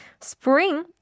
spring